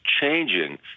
changing